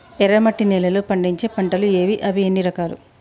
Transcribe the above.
ఎర్రమట్టి నేలలో పండించే పంటలు ఏవి? అవి ఎన్ని రకాలు?